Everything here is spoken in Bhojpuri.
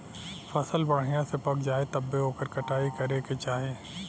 फसल बढ़िया से पक जाये तब्बे ओकर कटाई करे के चाही